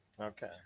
Okay